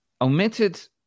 omitted